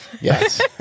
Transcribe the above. Yes